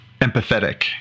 empathetic